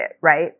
right